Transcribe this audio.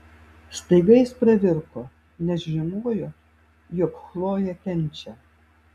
staiga jis pravirko nes žinojo jog chlojė kenčia